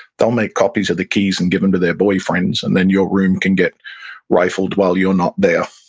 they'll make copies of the keys and give them to their boyfriends, and then your room can get rifled while you're not there.